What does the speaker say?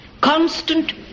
constant